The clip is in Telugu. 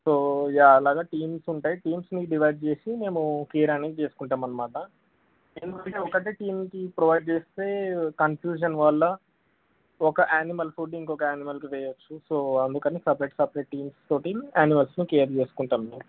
సో ఇ అలాగా టీమ్స్ ఉంటాయి టీమ్స్ని డివైడ్ చేసి మేము కేర్ అనేది చేసుకుంటాం అన్నమాట ఎందుకంటే ఒకటే టీమ్కి ప్రొవైడ్ చేస్తే కన్ఫ్యూషన్ వల్ల ఒక ఆనిమల్ ఫుడ్ ఇంకొక ఆనిమల్కి చేేయొచ్చు సో అందుకని సపరేట్ సపరేట్ టీమ్స్ తోటి ఆనిమల్స్ని కేర్ చేసుకుంటాం మేము